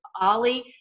Ollie